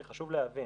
כי חשוב להבין,